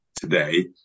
today